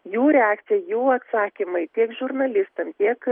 jų reakcija jų atsakymai tiek žurnalistam tiek